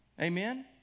Amen